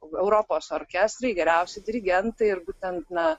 europos orkestrai geriausi dirigentai ir būtent na